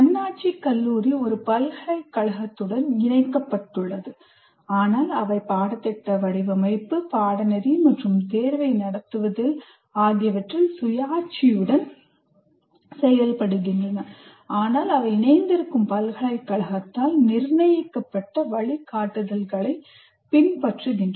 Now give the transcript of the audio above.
தன்னாட்சி கல்லூரி ஒரு பல்கலைக்கழகத்துடன் இணைக்கப்பட்டுள்ளது ஆனால் அவை பாடத்திட்ட வடிவமைப்பு பாடநெறி மற்றும் தேர்வை நடத்துவதில் ஆகியவற்றில் சுயாட்சியுடன் செயல்படுகின்றன ஆனால் அவை இணைந்திருக்கும் பல்கலைக்கழகத்தால் நிர்ணயிக்கப்பட்ட வழிகாட்டுதல்களைப் பின்பற்றுகின்றன